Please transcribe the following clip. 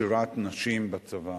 שירת נשים בצבא.